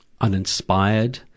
uninspired